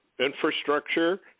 infrastructure